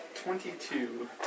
Twenty-two